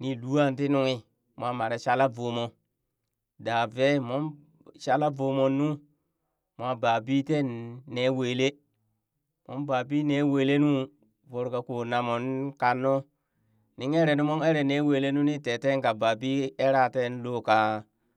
ni luwaan tii nunghi mowa maree shala voo mo da vee moon shala voomon nuu moo babii teen nee welee mon babi ne wele nu voro ko namon kannu nin eree nu moon ere nee wele nuu ni te tee ka ba bi era teen looh kaa